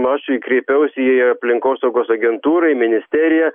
aš kreipiausi į aplinkosaugos agentūrą į ministeriją